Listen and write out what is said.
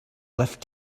lift